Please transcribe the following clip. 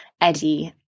Eddie